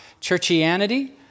churchianity